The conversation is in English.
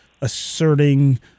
asserting